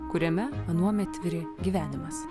kuriame anuomet virė gyvenimas